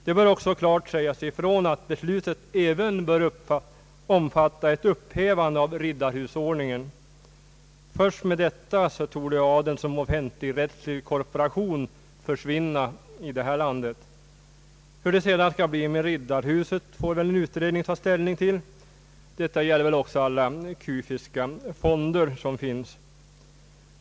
Det bör också klart sägas ifrån att beslutet även bör omfatta ett upphävande av riddarhus ordningen. Först med detta torde adeln som offentligrättslig korporation försvinna i det här landet. Hur det sedan skall bli med Riddarhuset får väl en utredning ta ställning till. Detta gäller också alla kufiska fonder som finns.